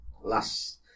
last